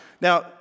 Now